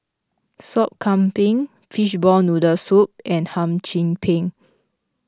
Sop Kambing Fishball Noodle Soup and Hum Chim Peng